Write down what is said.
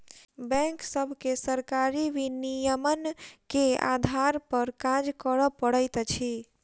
bank सभके सरकारी विनियमन के आधार पर काज करअ पड़ैत अछि